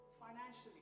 financially